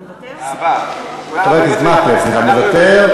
סליחה, מוותר?